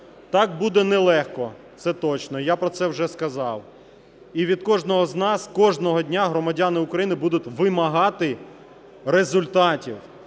Так, буде нелегко, це точно, я про це вже сказав, і від кожного з нас кожного дня громадяни України будуть вимагати результатів.